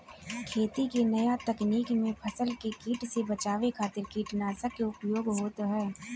खेती के नया तकनीकी में फसल के कीट से बचावे खातिर कीटनाशक के उपयोग होत ह